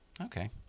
Okay